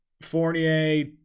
Fournier